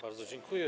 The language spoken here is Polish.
Bardzo dziękuję.